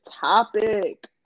topic